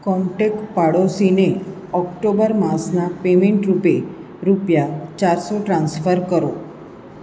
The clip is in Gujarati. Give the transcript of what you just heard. કોન્ટેક્ટ પાડોશીને ઓક્ટોબર માસનાં પેમેંટ રૂપે રૂપિયા ચારસો ટ્રાન્સફર કરો